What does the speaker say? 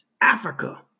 Africa